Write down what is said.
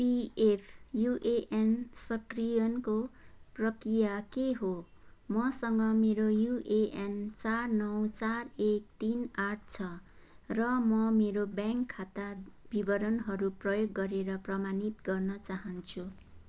PF UAN सक्रियणको प्रक्रिया के हो मसँग मेरो युएएन चार नौ चार एक तिन आठ छ र म मेरो ब्याङ्क खाता विवरणहरू प्रयोग गरेर प्रमाणित गर्न चाहन्छु